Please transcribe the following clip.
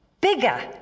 bigger